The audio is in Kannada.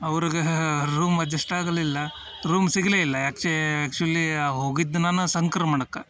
ಅವರಿಗೆ ರೂಮ್ ಅಡ್ಜಸ್ಟ್ ಆಗಲಿಲ್ಲ ರೂಮ್ ಸಿಗಲೇ ಇಲ್ಲ ಆ್ಯಕ್ಚೀ ಆ್ಯಕ್ಚುಲೀ ಹೋಗಿದ್ದು ನಾನು ಸಂಕ್ರಮಣಕ್ಕೂ